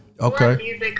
Okay